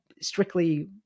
strictly